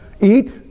eat